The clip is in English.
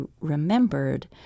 remembered